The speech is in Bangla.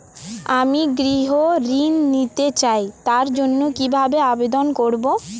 আমি গৃহ ঋণ নিতে চাই তার জন্য কিভাবে আবেদন করব?